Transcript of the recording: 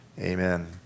Amen